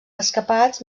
escapats